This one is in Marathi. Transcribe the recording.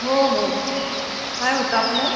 हो हो काय होतं आपलं